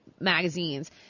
magazines